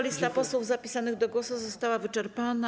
Lista posłów zapisanych do głosu została wyczerpana.